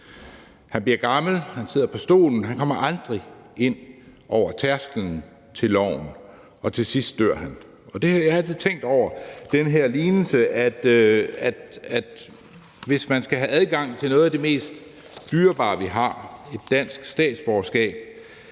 Han bliver gammel, han sidder på stolen, han kommer aldrig ind over tærsklen til loven, og til sidst dør han. Jeg har altid tænkt over den her lignelse, og at hvis man skal have adgang til noget af det mest dyrebare, vi har, nemlig et dansk statsborgerskab,